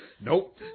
nope